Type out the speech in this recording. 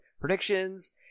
predictions